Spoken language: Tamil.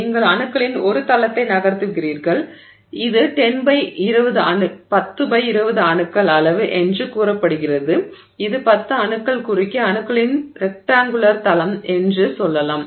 நீங்கள் அணுக்களின் ஒரு தளத்தை நகர்த்துகிறீர்கள் இது 10 பை 20 அணுக்கள் அளவு என்று கூறப்படுகிறது இது 10 அணுக்கள் குறுக்கே அணுக்களின் ரெக்டாங்குளர் தளம் என்று சொல்லலாம்